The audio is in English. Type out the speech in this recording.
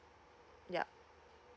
yup